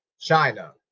China